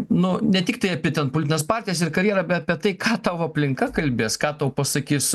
nu ne tiktai apie ten politines partijas ir karjerą be apie tai ką tavo aplinka kalbės ką tau pasakys